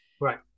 Right